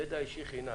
ידע אישי חינם